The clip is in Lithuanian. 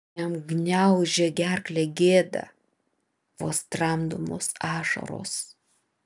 jam gniaužė gerklę gėda vos tramdomos ašaros